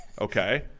Okay